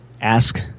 ask